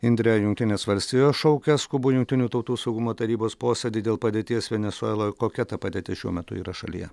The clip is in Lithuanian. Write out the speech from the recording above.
indre jungtinės valstijos šaukia skubų jungtinių tautų saugumo tarybos posėdį dėl padėties venesueloje kokia ta padėtis šiuo metu yra šalyje